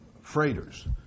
freighters